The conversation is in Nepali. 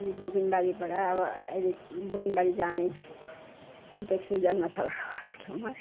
हामी बुबिनबारीबाट अब अहिले बुबिनबारी जानु अनि त एकछिन जान्मथलो